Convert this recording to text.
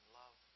love